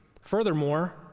Furthermore